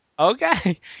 Okay